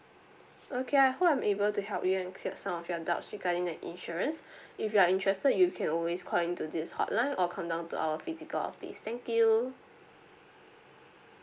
okay I hope I'm able to help you and cleared some of your doubts regarding the insurance if you are interested you can always call into this hotline or come down to our physical office thank you